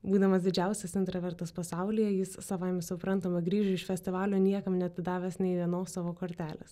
būdamas didžiausias intravertas pasaulyje jis savaime suprantama grįžo iš festivalio niekam neatidavęs nei vienos savo kortelės